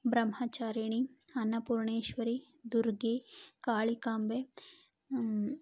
Brahmacharini Annapoorneshwari Durgi Kalikambe